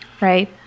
Right